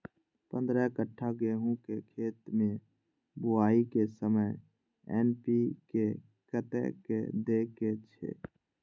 पंद्रह कट्ठा गेहूं के खेत मे बुआई के समय एन.पी.के कतेक दे के छे?